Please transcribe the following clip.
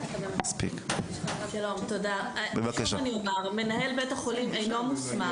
שוב אני אומר, מנהל בית החולים אינו מוסמך